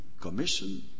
Commission